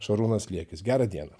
šarūnas liekis gerą dieną